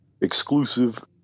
exclusive